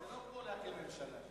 זה לא כמו להקים ממשלה.